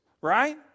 Right